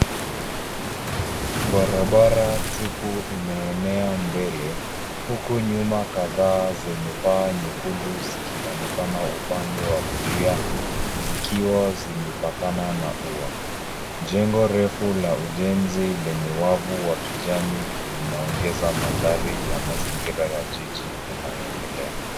Barabara tupu inaenea mbele, huku nyumba kadhaa zenye paa nyekundu zikionekana upande wa kulia zikiwa zimepakana na ua. Jengo refu la ujenzi lenye wavu wa kijani linaongeza mandhari ya mazingira ya jiji yanayoendelea.